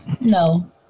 No